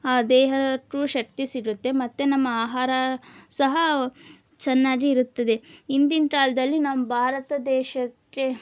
ಆ ದೇಹಕ್ಕು ಶಕ್ತಿ ಸಿಗುತ್ತೆ ಮತ್ತೆ ನಮ್ಮ ಆಹಾರ ಸಹ ಚೆನ್ನಾಗಿ ಇರುತ್ತದೆ ಹಿಂದಿನ್ ಕಾಲದಲ್ಲಿ ನಮ್ಮ ಭಾರತ ದೇಶಕ್ಕೆ